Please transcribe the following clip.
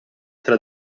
tra